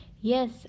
Yes